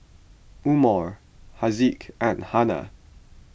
Umar Haziq and Hana